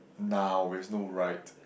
now is no right